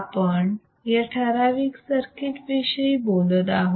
आपण या ठराविक सर्किट विषयी बोलत आहोत